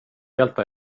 hjälpa